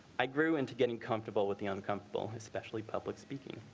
i grew into getting comfortable with the uncomfortable, especially public speaking.